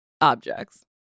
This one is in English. objects